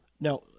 now